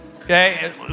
Okay